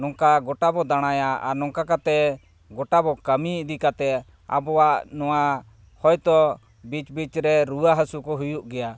ᱱᱚᱝᱠᱟ ᱜᱳᱴᱟᱵᱚᱱ ᱫᱟᱬᱟᱭᱟ ᱟᱨ ᱱᱚᱝᱠᱟ ᱠᱟᱛᱮᱫ ᱜᱳᱴᱟ ᱠᱟᱹᱢᱤ ᱤᱫᱤ ᱠᱟᱛᱮᱫ ᱟᱵᱚᱣᱟᱜ ᱱᱚᱣᱟ ᱦᱚᱭᱛᱳ ᱵᱤᱪ ᱵᱤᱪᱨᱮ ᱨᱩᱣᱟᱹ ᱦᱟᱹᱥᱩ ᱠᱚ ᱦᱩᱭᱩᱜ ᱜᱮᱭᱟ